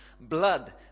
blood